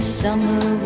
summer